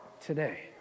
today